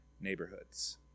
neighborhoods